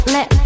Let